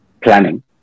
planning